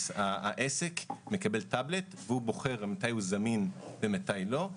העסק מקבל טבלט והוא בוחר מתי הוא זמין ומתי לא,